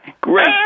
great